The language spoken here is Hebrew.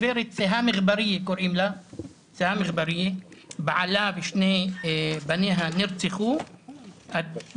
אישה שבעלה ושני בניה נרצחו אמרה דברים,